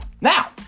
Now